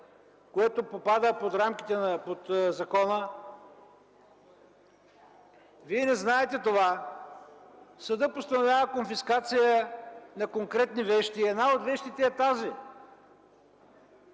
което попада под рамките на закона. Вие не знаете за това. Съдът постановява конфискация на конкретни вещи и една от вещите е тази.